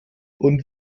und